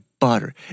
butter